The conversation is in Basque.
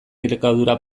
elikadura